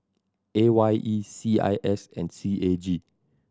A Y E C I S and C A G